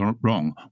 wrong